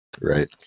Right